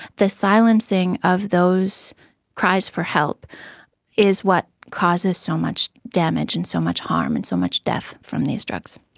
the silencing of those cries for help is what causes so much damage and so much harm and so much death from these drugs.